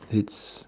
it's